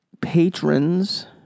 patrons